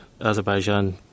Azerbaijan